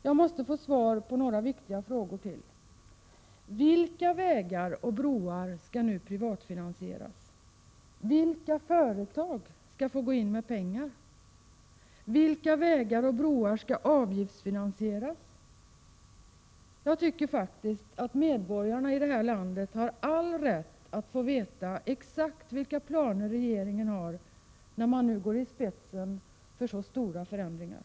Jag måste få svar på ytterligare några viktiga frågor. Vilka vägar och broar skall nu privatfinansieras? Vilka företag skall få gå in med pengar? Vilka vägar och broar skall avgiftsfinansieras? Jag tycker faktiskt att medborgarna i det här landet har all rätt att få veta exakt vilka planer regeringen har när den nu går i spetsen för så stora förändringar.